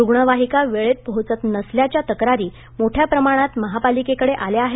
रुग्णवाहिका वेळेत पोहोचत नसल्याच्या तक्रारी मोठ्या प्रमाणात महापालिकेकडे आल्या आहेत